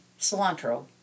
cilantro